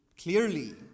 clearly